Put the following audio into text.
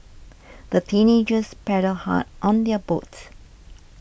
the teenagers paddled hard on their boats